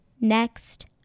Next